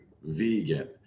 vegan